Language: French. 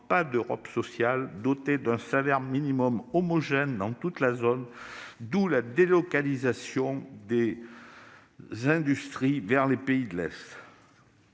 pas d'Europe sociale, dotée d'un salaire minimum homogène dans toute la zone. D'où la délocalisation des industries vers les pays de l'Est.